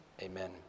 Amen